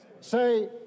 Say